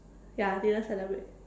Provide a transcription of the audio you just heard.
ya I didn't celebrate